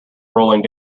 rolling